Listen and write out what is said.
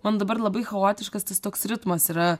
man dabar labai chaotiškas tas toks ritmas yra